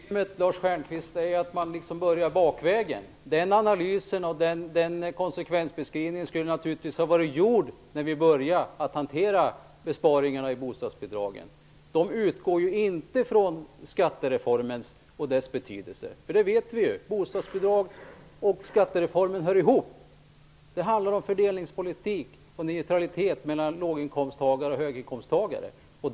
Herr talman! Problemet, Lars Stjernkvist, är ju att man börjar bakifrån. Denna analys och konsekvensbeskrivning skulle naturligtvis ha varit gjord när vi började att hantera frågan om besparingar i bostadsbidragen. De utgår ju inte från skattereformen. Vi vet att bostadsbidrag och skattereformen hör ihop. Det handlar om fördelningspolitik och neutralitet mellan låginkomsttagare och höginkomsttagare.